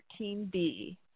13B